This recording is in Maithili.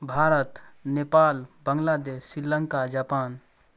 भारत नेपाल बंग्लादेश श्रीलंका जापान